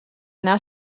anar